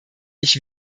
ich